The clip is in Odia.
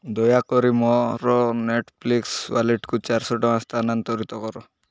ଦୟାକରି ମୋର ନେଟ୍ଫ୍ଲିକ୍ସ୍ ୱାଲେଟକୁ ଚାରିଶହ ଟଙ୍କା ସ୍ଥାନାନ୍ତରିତ କର